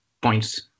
points